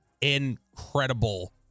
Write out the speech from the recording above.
incredible